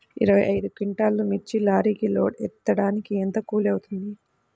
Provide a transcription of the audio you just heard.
ఇరవై ఐదు క్వింటాల్లు మిర్చి లారీకి లోడ్ ఎత్తడానికి ఎంత కూలి అవుతుంది?